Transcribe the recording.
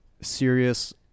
serious